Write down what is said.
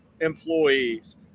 employees